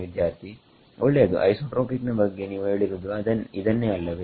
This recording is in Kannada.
ವಿದ್ಯಾರ್ಥಿ ಒಳ್ಳೆಯದು ಐಸೋಟ್ರೋಪಿಕ್ ನ ಬಗ್ಗೆ ನೀವು ಹೇಳಿರುವುದು ಇದನ್ನೇ ಅಲ್ಲವೇ